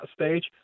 stage